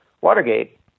Watergate